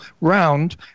round